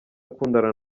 akundana